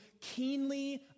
keenly